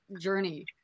journey